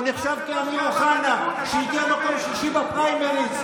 הוא עמד בראש גאווה בליכוד.